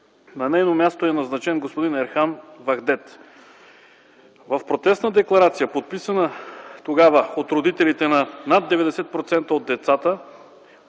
На нейно място е назначен господин Ерхан Вахдет. В протестна декларация, подписана тогава от родителите на над 90% от децата,